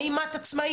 האם כל אחת עצמאית,